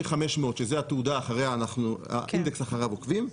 500 שזו התעודה אחריה האינדקס אחריו עוקבים.